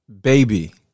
baby